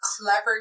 clever